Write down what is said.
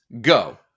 go